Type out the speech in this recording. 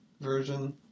version